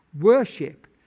worship